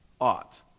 ought